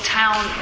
town